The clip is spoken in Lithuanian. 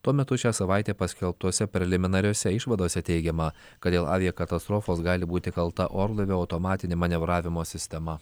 tuo metu šią savaitę paskelbtose preliminariose išvadose teigiama kad dėl aviakatastrofos gali būti kalta orlaivio automatinė manevravimo sistema